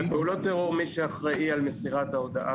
בפעולות טרור מי שאחראי על מסירת ההודעה